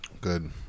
Good